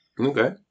Okay